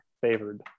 favored